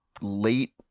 late